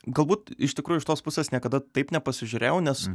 galbūt iš tikrųjų šitos pusės niekada taip nepasižiūrėjau nes